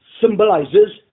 symbolizes